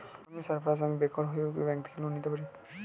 আমি সার্ফারাজ, আমি বেকার হয়েও কি ব্যঙ্ক থেকে লোন নিতে পারি?